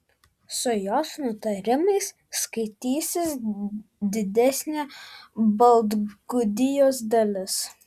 su jos nutarimais skaitysis didesnė baltgudijos dalis